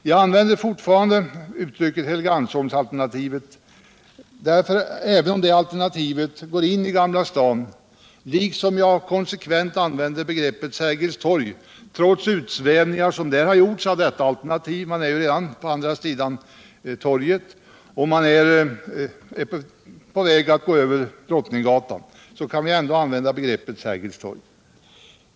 Jag använder fortfarande uttrycket Helgeandsholmsalternativet därför att även detta alternativ går in i Gamla stan, liksom jag konsekvent använder begreppet Sergels torg, trots de utsvävningar som gjorts av detta alternativ — man är ju redan på andra sidan Brunkebergstorg och på väg att gå över Drottninggatan. Därför kan vi använda begreppet Sergels torg.